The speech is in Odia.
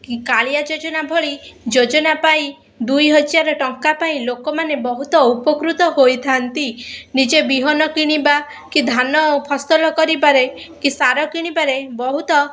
କାଳିଆ ଯୋଜନା ଭଳି ଯୋଜନା ପାଇଁ ଦୁଇ ହଜାର ଟଙ୍କା ପାଇଁ ଲୋକମାନେ ବହୁତ ଉପକୃତ ହୋଇଥାନ୍ତି ନିଜେ ବିହନ କିଣିବା କି ଧାନ ଫସଲ କରିପାରେ କି ସାର କିଣିପାରେ ବହୁତ